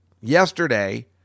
yesterday